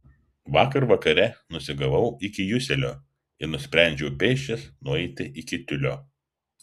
vakar vakare nusigavau iki juselio ir nusprendžiau pėsčias nueiti iki tiulio